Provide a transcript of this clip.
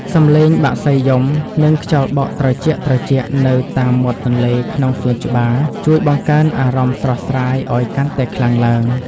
សំឡេងបក្សីយំ និងខ្យល់បក់ត្រជាក់ៗនៅតាមមាត់ទន្លេក្នុងសួនច្បារជួយបង្កើនអារម្មណ៍ស្រស់ស្រាយឱ្យកាន់តែខ្លាំងឡើង។